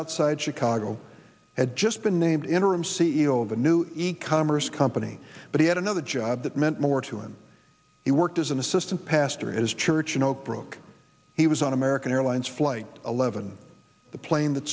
outside chicago had just been named interim c e o of a new e commerce company but he had another job that meant more to him he worked as an assistant pastor his church in oak brook he was on american airlines flight eleven the plane that